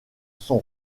son